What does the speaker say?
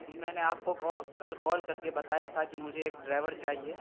جی میں نے آپ کو کل کال کر کے بتایا تھا کہ مجھے ایک ڈرائیور چاہیے